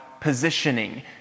positioning